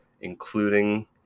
including